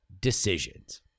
decisions